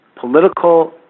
political